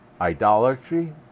idolatry